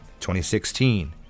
2016